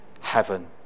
heaven